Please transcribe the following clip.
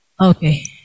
Okay